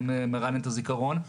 אני מרענן את הזיכרון,